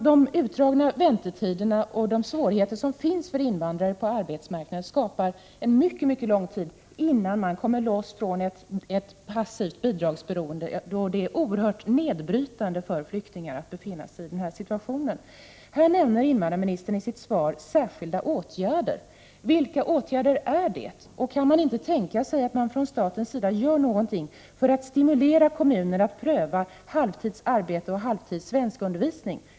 De utdragna väntetiderna och de svårigheter som finns för invandrare på arbetsmarknaden gör att det går mycket lång tid innan man kommer loss från ett passivt bidragsberoende, och detta är oerhört nedbrytande för flyktingar som befinner sig i den situationen. Invandrarministern nämner i sitt svar särskilda åtgärder. Vilka särskilda åtgärder är det? Kan man inte tänka sig att det görs någonting från statens Prot. 1988/89:9 sida för att stimulera kommuner att pröva halvtidsarbete och halvtids 13 oktober 1988 svenskundervisning?